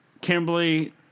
Kimberly